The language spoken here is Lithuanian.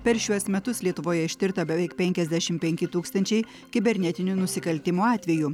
per šiuos metus lietuvoje ištirta beveik penkiasdešim penki tūkstančiai kibernetinių nusikaltimo atvejų